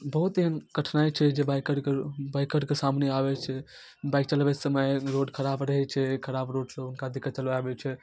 बहुत एहन कठिनाइ छै जे बाइकरके बाइकरके सामने आबै छै बाइक चलबैके समय रोड खराप रहै छै खराप रोडसँ हुनका दिक्कत चलि आबै छै